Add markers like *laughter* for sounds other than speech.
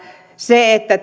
se että *unintelligible*